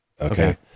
Okay